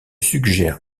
suggère